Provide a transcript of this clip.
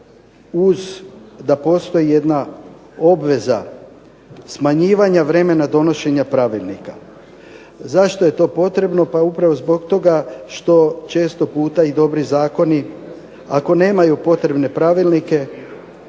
da postoji jedna obveza smanjivanja vremena donošenja pravilnika. Zašto je to potrebno? Pa upravo zbog toga što često puta i dobri zakoni ako nemaju potrebne pravilnike